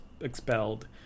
expelled